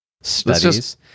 studies